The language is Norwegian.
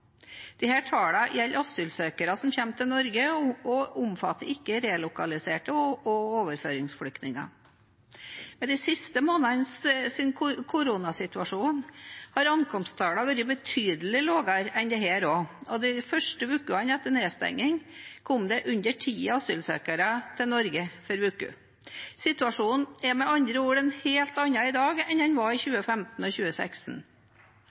de siste månedenes koronasituasjon har ankomsttallene vært betydelig lavere enn dette. De første ukene etter nedstengning kom det under ti asylsøkere til Norge per uke. Situasjonen er med andre ord en helt annen i dag enn den var i 2015 og i 2016.